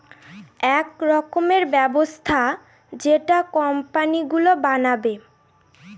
এক রকমের ব্যবস্থা যেটা কোম্পানি গুলো বানাবে